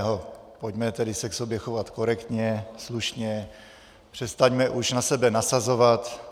Pojďme tedy se k sobě chovat korektně, slušně, přestaňme už na sebe nasazovat.